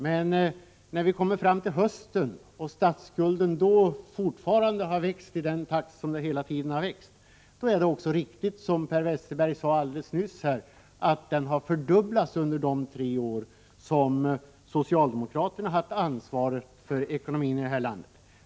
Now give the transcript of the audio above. Men när vi kommer fram till hösten och finner att statsskulden då fortfarande har vuxit i samma takt som hittills, så är det riktigt som Per Westerberg sade här alldeles nyss, att den har fördubblats under de tre år som socialdemokraterna har haft ansvaret för ekonomin i det här landet.